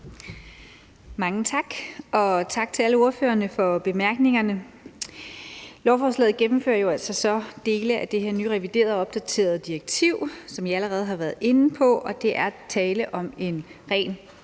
Mange tak. Og tak til alle ordførerne for bemærkningerne. Lovforslaget gennemfører dele af det her nyreviderede og opdaterede direktiv, som vi allerede har været inde på. Og der er tale om en rent